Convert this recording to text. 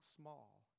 small